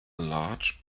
large